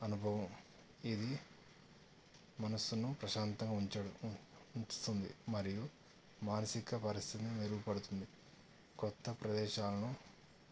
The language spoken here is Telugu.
అనుభవం ఇది మనసును ప్రశాంతంగా ఉంచడం ఉంచుతుంది మరియు మానసిక పరిస్థితి మెరుగుపడుతుంది కొత్త ప్రదేశాలను